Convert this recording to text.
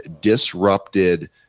disrupted